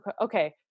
okay